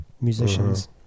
musicians